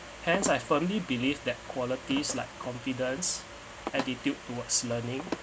hence I firmly believe that qualities like confidence attitude towards learning